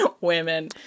women